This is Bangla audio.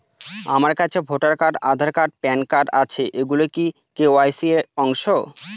আমার কাছে voter card Aadhaar card PAN card আছে এগুলো কি কে.ওয়াই.সি র অংশ?